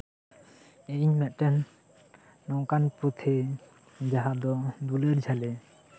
ᱤᱧ ᱢᱤᱫᱴᱟᱝ ᱱᱚᱝᱠᱟᱱ ᱯᱩᱛᱷᱤ ᱡᱟᱦᱟᱸ ᱫᱚ ᱫᱩᱞᱟᱹᱲ ᱡᱷᱟᱹᱞᱤ